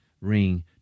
ring